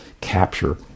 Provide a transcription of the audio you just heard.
capture